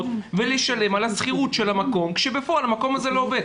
לשלם על השכירות של המקום כשבפועל המקום לא עובד.